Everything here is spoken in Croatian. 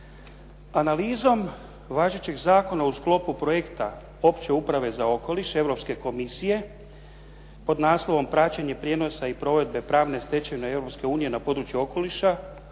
Analizom važećeg zakona u sklopu projekta opće Uprave za okoliš Europske komisije pod naslovom praćenje prijenosa i provedbe pravne stečevine Europske unije na području okoliša